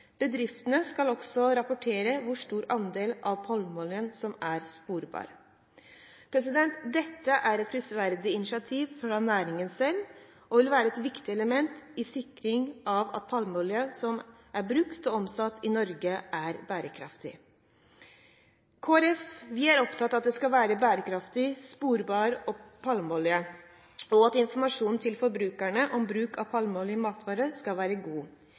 Bedriftene skal også rapportere hvor stor andel av palmeoljen som er sporbar. Dette er et prisverdig initiativ fra næringen selv og vil være et viktig element for å sikre at palmeolje som er brukt og omsatt i Norge, er bærekraftig. I Kristelig Folkeparti er vi opptatt av at det skal være bærekraftig, sporbar palmeolje, og at informasjonen til forbrukerne om bruken av palmeolje i matvarer skal være god.